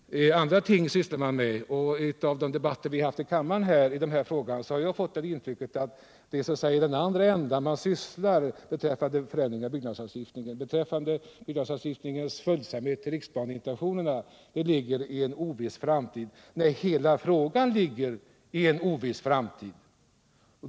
Det är andra ting man sysslar med. Och av de debatter vi haft här i kammaren i frågan har jag fått uppfattningen att det så att säga är i andra ändan man arbetar med att förändra byggnadslagstiftningen. Frågan om byggnadslagstiftningens följsamhet gentemot riksplanens intentioner ligger i en oviss framtid — ja, det gör hela frågan.